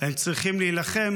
הם צריכים להילחם